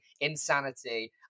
insanity